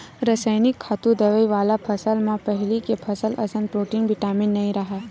रसइनिक खातू, दवई वाला फसल म पहिली के फसल असन प्रोटीन, बिटामिन नइ राहय